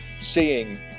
seeing